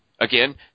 Again